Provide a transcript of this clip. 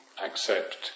accept